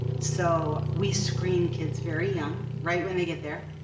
so we screen kids very young right when they get there.